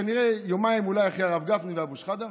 כנראה יומיים אחרי הרב גפני ואבו שחאדה,